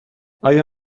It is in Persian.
آیا